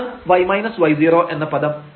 ഇതാണ് y y0 എന്ന പദം